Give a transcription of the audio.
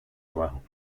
abajo